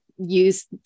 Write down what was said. use